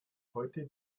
heute